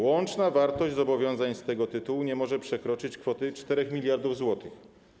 Łączna wartość zobowiązań z tego tytułu nie może przekroczyć kwoty 4 mld zł.